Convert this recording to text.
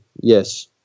yes